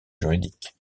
juridiques